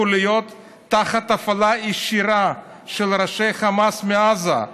חוליות תחת הפעלה ישירה של ראשי חמאס מעזה,